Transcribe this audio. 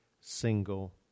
single